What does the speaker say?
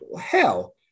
Hell